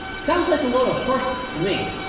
sounds like a little horse to me,